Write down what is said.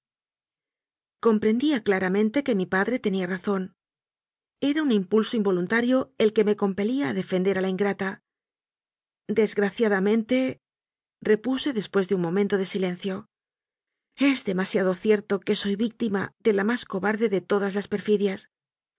comprendía claramente que mi padre tenía razón era un imipulso involuntario el que me com pelía a defender a la ingrata desgraciadamente repuse después de un momento de silencio es demasiado cierto que soy víctima de la más cobar de de todas las perfidias